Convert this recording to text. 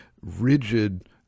rigid